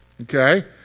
Okay